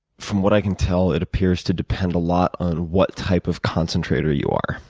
from what i can tell, it appears to depend a lot on what type of concentrator you are.